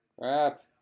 Crap